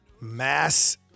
mass